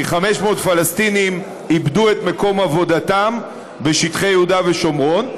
כי 500 פלסטינים איבדו את מקום עבודתם בשטחי יהודה ושומרון,